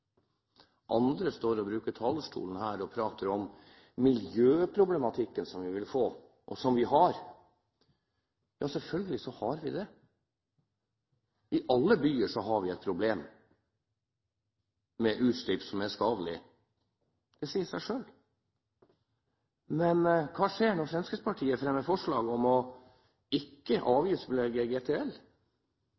Andre står og bruker talerstolen her og prater om miljøproblematikken som vi vil få, og som vi har. Ja, selvfølgelig har vi det. I alle byer har vi et problem med skadelige utslipp. Det sier seg selv. Men hva skjer når Fremskrittspartiet fremmer forslag om ikke å